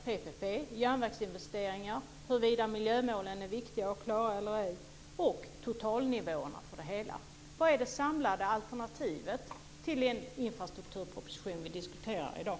Det gäller PPP, järnvägsinvesteringar, huruvida miljömålen är viktiga att klara eller ej och totalnivåerna för det hela. Vad är det samlade alternativet till den infrastrukturproposition vi diskuterar i dag?